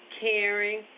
caring